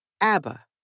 ABBA